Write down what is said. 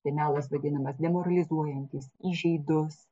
tai melas vadinamas demoralizuojantis įžeidus